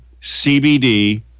CBD